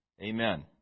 Amen